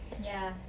ya